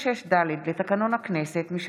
מענק הטבות לוותיק מלחמה),